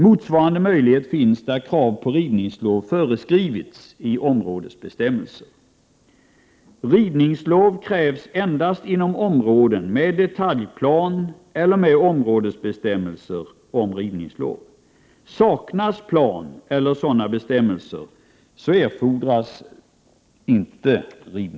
Motsvarande möjlighet finns där krav på rivningslov föreskrivits i områdesbestämmelser.